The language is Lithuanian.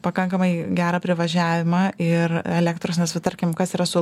pakankamai gerą privažiavimą ir elektros nes va tarkim kas yra su